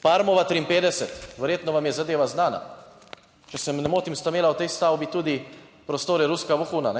Parmova 53! Verjetno vam je zadeva znana. Če se ne motim, sta imela v tej stavbi tudi prostore ruska vohuna?